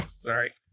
Sorry